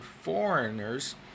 foreigners